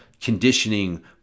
conditioning